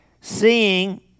seeing